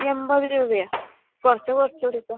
എമ്പത് രൂപയോ കുറച്ച് കുറച്ചൂടേപ്പാ